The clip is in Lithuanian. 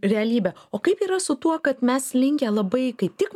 realybę o kaip yra su tuo kad mes linkę labai kaip tik